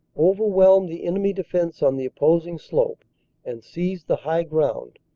overwhelm the enemy defense on the opposing slope and seize the high ground,